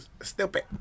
Stupid